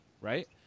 right